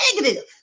negative